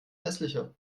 hässlicher